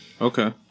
Okay